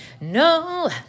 no